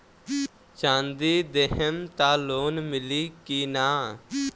चाँदी देहम त लोन मिली की ना?